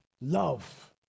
love